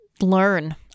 learn